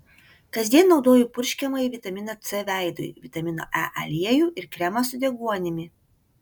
kasdien naudoju purškiamąjį vitaminą c veidui vitamino e aliejų ir kremą su deguonimi